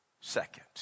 second